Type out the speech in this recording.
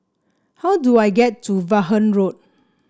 how do I get to Vaughan Road